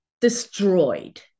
destroyed